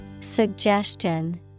Suggestion